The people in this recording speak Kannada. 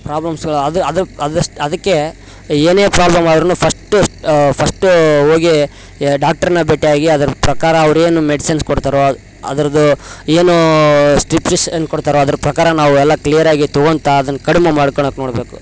ಪ್ರಾಬ್ಲಮ್ಸ್ಗಳು ಅದು ಅದು ಅದಷ್ಟು ಅದಕ್ಕೆ ಏನೆ ಪ್ರಾಬ್ಲಮ್ ಆದ್ರೂ ಫರ್ಸ್ಟು ಫರ್ಸ್ಟು ಹೋಗಿ ಡಾಕ್ಟ್ರನ್ನು ಭೇಟಿಯಾಗಿ ಅದ್ರ ಪ್ರಕಾರ ಅವರೇನು ಮೆಡಿಸಿನ್ಸ್ ಕೊಡ್ತಾರೋ ಅದು ಅದ್ರದ್ದು ಏನು ಸ್ಟ್ರಿಪ್ಟ್ರಿಷನ್ ಕೊಡ್ತಾರೊ ಅದ್ರ ಪ್ರಕಾರ ನಾವು ಎಲ್ಲ ಕ್ಲಿಯರ್ ಆಗಿ ತಗೊಂತ ಅದನ್ನು ಕಡಿಮೆ ಮಾಡ್ಕಣಕೆ ನೋಡಬೇಕು